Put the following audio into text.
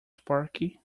sparky